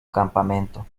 campamento